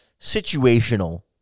situational